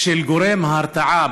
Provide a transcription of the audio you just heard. גורם ההרתעה.